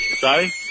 Sorry